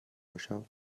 باشم